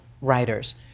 writers